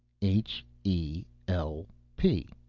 h e l p.